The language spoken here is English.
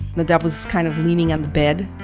nadav was kind of leaning on the bed.